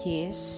Yes